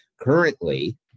Currently